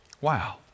Wow